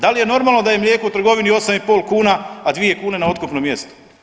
Da li je normalno da je mlijeko u trgovini 8 i pol kuna, a 2 kune na otkupnom mjestu.